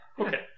Okay